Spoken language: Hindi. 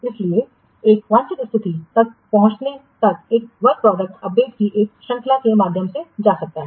इसलिए एक वांछित स्थिति तक पहुंचने तक एक कार्य उत्पाद अपडेट की एक श्रृंखला के माध्यम से जा सकता है